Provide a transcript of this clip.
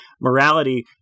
morality